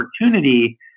opportunity